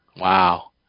Wow